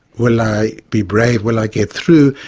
will i be brave, will i get through?